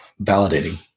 validating